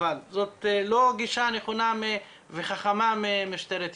זאת לא גישה נכונה וחכמה ממשטרת ישראל.